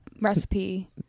recipe